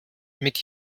mit